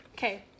Okay